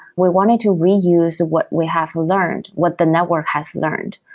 we wanted to reuse what we have learned, what the network has learned.